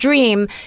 dream